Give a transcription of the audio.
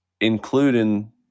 including